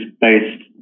based